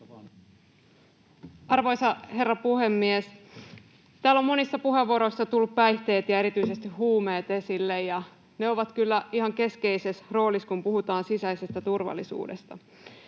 Arvoisa herra puhemies! Täällä ovat monissa puheenvuoroissa tulleet päihteet ja erityisesti huumeet esille, ja ne ovat kyllä ihan keskeisessä roolissa, kun puhutaan sisäisestä turvallisuudesta.